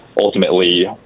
ultimately